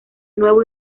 nuevo